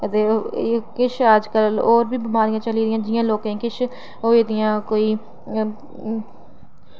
ते एह् किश अजकल होर बी बमारियां चली पेदियां जियां लोकें गी किश होई दियां कोई